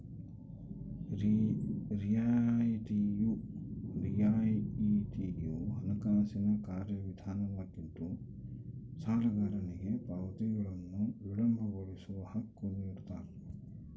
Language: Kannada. ರಿಯಾಯಿತಿಯು ಹಣಕಾಸಿನ ಕಾರ್ಯವಿಧಾನವಾಗಿದ್ದು ಸಾಲಗಾರನಿಗೆ ಪಾವತಿಗಳನ್ನು ವಿಳಂಬಗೊಳಿಸೋ ಹಕ್ಕು ನಿಡ್ತಾರ